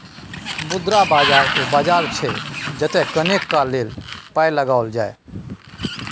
मुद्रा बाजार ओ बाजार छै जतय कनेक काल लेल पाय लगाओल जाय